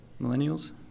Millennials